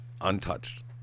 untouched